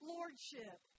Lordship